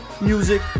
music